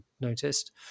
noticed